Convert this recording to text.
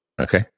Okay